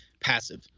passive